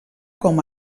com